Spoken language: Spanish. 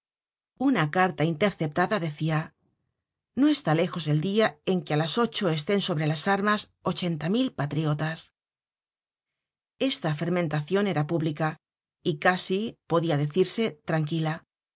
una carta interceptada decia no está lejos el dia en que á las ocho estén sobre las armas ochenta mil patriotas esta fermentacion era pública y casi podia decirse tranquila